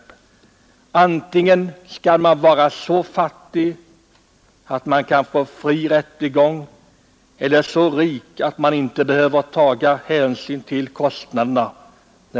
För att kunna föra sin sak inför domstol skall man vara antingen så fattig att man får fri rättegång eller så rik att man inte behöver ta hänsyn till kostnaderna.